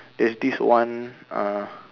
there's this one uh